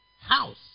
house